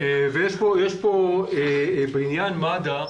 בעניין מד"א,